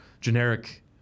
generic